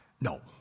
No